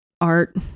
art